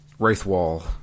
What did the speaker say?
Wraithwall